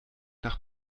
nach